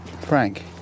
Frank